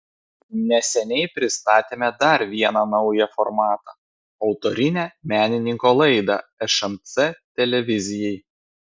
neseniai pristatėme dar vieną naują formatą autorinę menininko laidą šmc televizijai